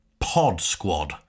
podsquad